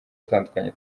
atandukanye